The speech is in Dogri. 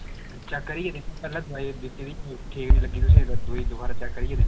चेक करियै दिक्खने पैह्ले दवाई दित्ती दी ओह् ठीक नि लग्गी तुसें अगर दुई दबारा चेक करियै दिन्ने